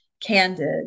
candid